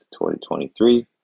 2023